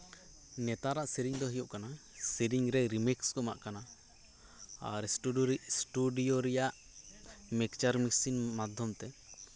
ᱱᱮᱛᱟᱨᱟᱜ ᱥᱮᱨᱮᱧ ᱫᱚ ᱦᱩᱭᱩᱜ ᱠᱟᱱᱟ ᱥᱮᱨᱮᱧ ᱨᱮ ᱨᱤᱢᱤᱠᱥ ᱠᱚ ᱮᱢᱟᱜ ᱠᱟᱱᱟ ᱟᱨ ᱤᱥᱴᱤᱰᱤᱭᱳ ᱨᱮᱭᱟᱜ ᱢᱤᱠᱥᱪᱟᱨ ᱢᱮᱥᱤᱱ ᱢᱟᱫᱽᱫᱷᱚᱢ ᱛᱮ